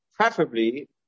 Preferably